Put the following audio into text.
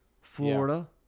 Florida